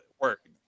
work